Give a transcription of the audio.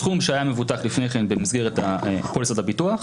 הסכום שהיה מבוטח לפני כן במסגרת פוליסת הביטוח,